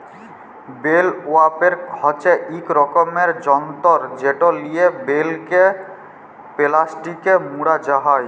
bell wrapper হছে ইক রকমের যল্তর যেট লিয়ে বেলকে পেলাস্টিকে মুড়া হ্যয়